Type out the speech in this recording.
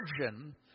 virgin